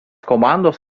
komandos